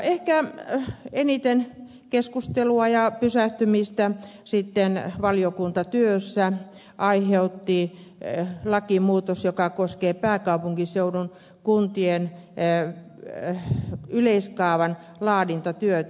ehkä eniten keskustelua ja pysähtymistä valiokuntatyössä aiheutti lakimuutos joka koskee pääkaupunkiseudun kuntien yleiskaavan laadintatyötä